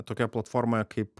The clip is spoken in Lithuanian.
tokioje platformoje kaip